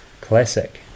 classic